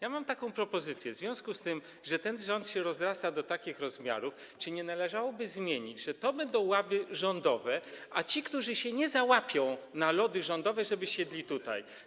Ja mam taką propozycję: Czy w związku z tym, że ten rząd rozrasta się do takich rozmiarów, nie należałoby tego zmienić, że to będą ławy rządowe, a ci, którzy się nie załapią na ławy rządowe, żeby siedli tutaj?